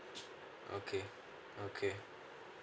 okay okay